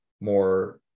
more